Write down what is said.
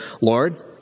Lord